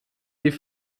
die